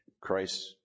Christ